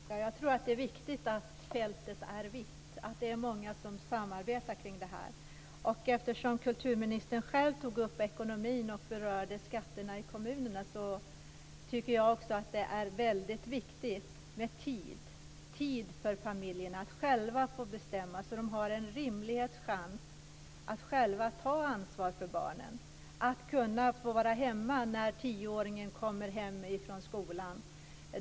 Fru talman! Jag tror att det är viktigt att fältet är vitt och att det är många som samarbetar kring detta. Eftersom kulturministern själv tog upp ekonomin och berörde skatterna i kommunerna tycker jag att det är väldigt viktigt med tid. Det handlar om tid för familjerna att själva få bestämma så att de har en rimlighets chans att själva ta ansvar för barnen, att kunna få vara hemma när tioåringen kommer hem från skolan.